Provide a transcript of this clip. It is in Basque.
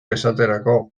esaterako